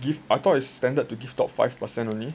give I thought is standard to give top five per cent only